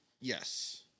yes